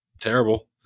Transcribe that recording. terrible